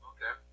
Okay